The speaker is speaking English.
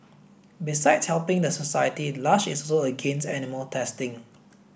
besides helping the society Lush is also against animal testing